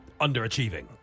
Underachieving